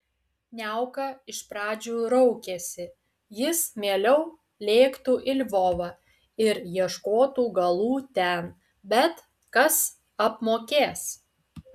niauka iš pradžių raukėsi jis mieliau lėktų į lvovą ir ieškotų galų ten bet kas apmokės